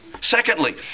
Secondly